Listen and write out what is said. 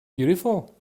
beautiful